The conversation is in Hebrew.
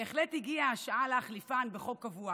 ושבהחלט הגיעה השעה להחליפן בחוק קבוע